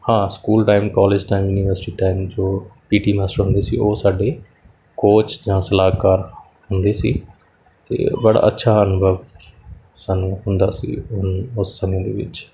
ਹਾਂ school time college time university time ਜੋ P T master ਹੁੰਦੇ ਸੀ ਉਹ ਸਾਡੇ ਕੋਚ ਜਾਂ ਸਲਾਹਕਾਰ ਹੁੰਦੇ ਸੀ ਅਤੇ ਬੜਾ ਅੱਛਾ ਅਨੁਭਵ ਸਾਨੂੰ ਹੁੰਦਾ ਸੀ ਉਸ ਉਸ ਸਮੇਂ ਦੇ ਵਿੱਚ